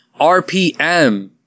RPM